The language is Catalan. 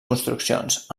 construccions